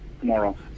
tomorrow